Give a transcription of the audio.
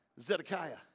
Zedekiah